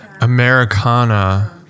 Americana